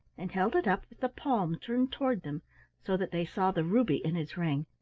and held it up with the palm turned toward them so that they saw the ruby in his ring,